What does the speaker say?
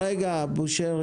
רגע, בני.